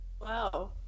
wow